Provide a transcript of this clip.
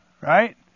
Right